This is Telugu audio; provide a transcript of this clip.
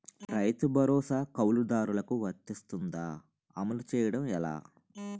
రైతు భరోసా కవులుదారులకు వర్తిస్తుందా? అమలు చేయడం ఎలా